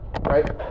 right